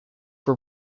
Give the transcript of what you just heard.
were